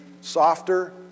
softer